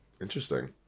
Interesting